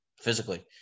physically